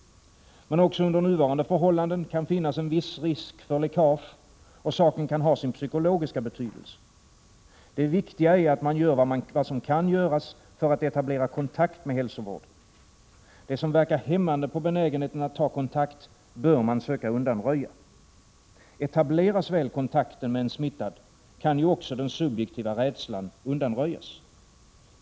Men också under nuvarande förhållanden kan det finnas en viss risk för läckage, och saken kan ha sin psykologiska betydelse. Det viktiga är att man gör vad som kan göras för att etablera kontakt med hälsovården. Det som verkar hämmande på benägenheten att ta kontakt bör man söka undanröja. Etableras väl kontakten med den smittade kan ju också den subjektiva rädslan undanröjas.